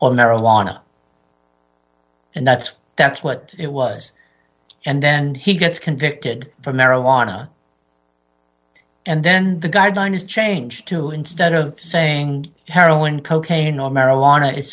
or marijuana and that's that's what it was and then he gets convicted for marijuana and then the gardyn is changed to instead of saying heroin cocaine or marijuana i